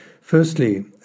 Firstly